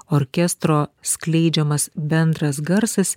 orkestro skleidžiamas bendras garsas